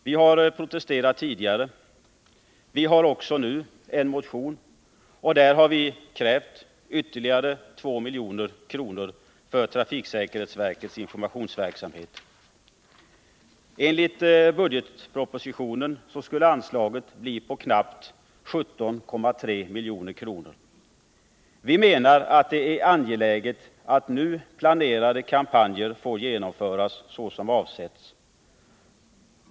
Vi har protesterat tidigare, och vi har i en motion i år krävt ytterligare 2 milj.kr. för trafiksäkerhetsverkets informationsverksamhet. Enligt budgetpropositionen skulle anslaget bli knappt 17,3 milj.kr. Vi anser att det är angeläget att nu planerade kampanjer får genomföras såsom avsetts.